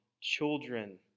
children